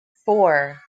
four